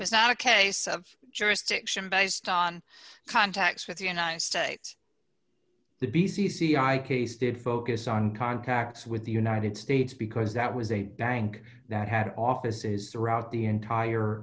was not a case of jurisdiction based on contacts with the united states the b c c i case did focus on contacts with the united states because that was a bank that had offices throughout the entire